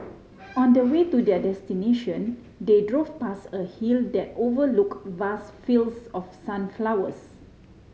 on the way to their destination they drove past a hill that overlook vast fields of sunflowers